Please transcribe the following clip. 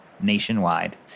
nationwide